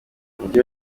umujyi